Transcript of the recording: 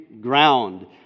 ground